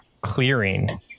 clearing